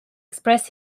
express